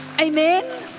Amen